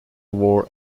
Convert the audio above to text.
wore